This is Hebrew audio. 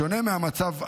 בשונה מהמצב היום,